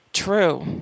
True